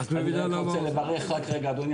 רק רגע אדוני,